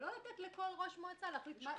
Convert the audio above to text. ולא לתת לכל ראש מועצה להחליט מה הרכב הוועדה.